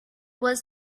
was